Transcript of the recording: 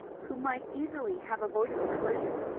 who might easily have avoided the collision,